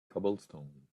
cobblestone